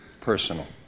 personal